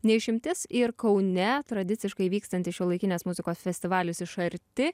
ne išimtis ir kaune tradiciškai vykstantis šiuolaikinės muzikos festivalis iš arti